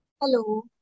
Hello